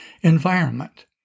environment